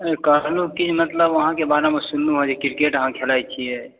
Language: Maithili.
कहलौं कि अहाँके बारेमे सुनलहुँ कि क्रिकेट अहाँ खेलाइ छियै